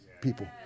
people